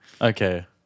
Okay